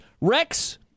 Rex